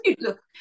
look